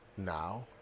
now